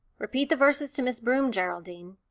repeat the verses to miss broom, geraldine.